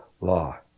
law